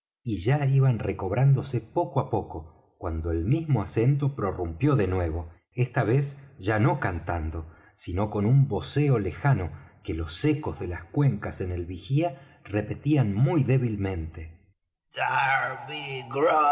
y ya iban recobrándose poco á poco cuando el mismo acento prorrumpió de nuevo esta vez ya no cantando sino con un voceo lejano que los ecos de las cuencas en el vigía repetían muy débilmente